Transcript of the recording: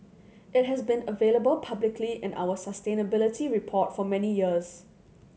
it has been available publicly in our sustainability report for many years